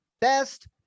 best